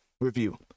review